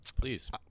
Please